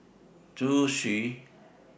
Zhu Xu